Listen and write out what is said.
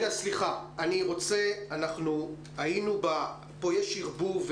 רגע, פה יש ערבוב.